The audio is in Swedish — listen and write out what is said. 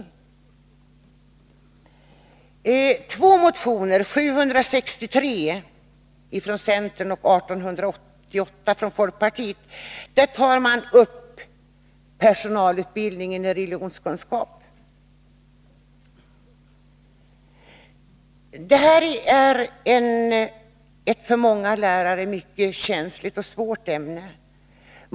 I två motioner — 763 från centern och 1888 från folkpartiet — tar man upp personalutbildningen när det gäller religionskunskapen. Detta är för många lärare ett mycket känsligt och svårt ämne.